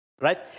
right